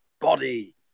body